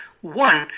One